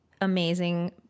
Amazing